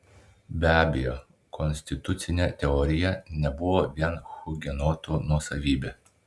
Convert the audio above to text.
be abejo konstitucinė teorija nebuvo vien hugenotų nuosavybė